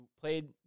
played